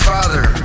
Father